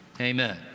Amen